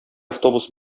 автобус